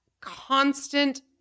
constant